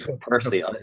personally